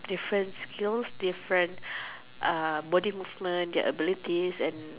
different skills different body movements their abilities and